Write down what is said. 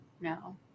No